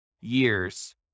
years